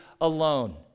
alone